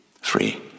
Free